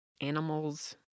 animals